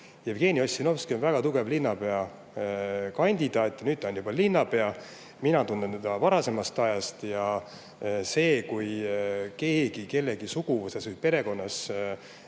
Jevgeni Ossinovski oli väga tugev linnapeakandidaat, nüüd ta on juba linnapea. Mina tunnen teda varasemast ajast. Kui keegi kellegi suguvõsas või perekonnas